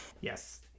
Yes